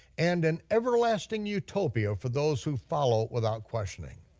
and an everlasting utopia for those who follow without questioning.